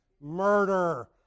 murder